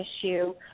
issue